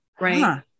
Right